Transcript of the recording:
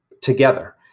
together